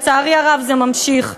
כי הם דברים נכונים,